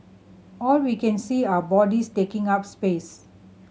all we can see are bodies taking up space